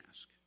ask